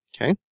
Okay